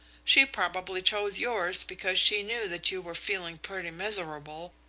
she probably chose yours because she knew that you were feeling pretty miserable,